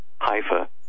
Haifa